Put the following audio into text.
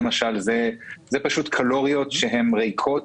זה פשוט קלוריות ריקות,